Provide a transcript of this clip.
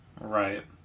Right